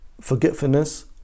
forgetfulness